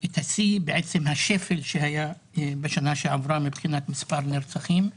את השיא בעצם השפל שהיה בשנה שעברה מבחינת מספר נרצחים.